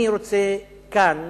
אני רוצה כאן